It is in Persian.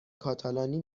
کاتالانی